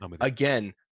again